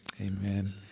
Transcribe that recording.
Amen